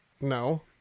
no